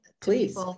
please